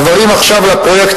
הדברים יוצאים עכשיו לפרויקטים,